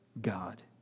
God